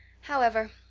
however,